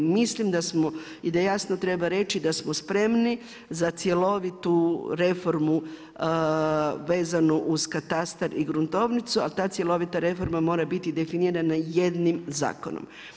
Mislim da smo i da jasno treba reći da smo spremni za cjelovitu reformu vezanu uz katastar i gruntovnicu a ta cjelovita reforma mora biti definirana jednim zakonom.